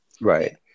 right